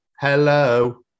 hello